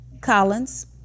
Collins